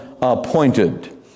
appointed